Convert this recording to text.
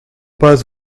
pas